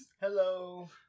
Hello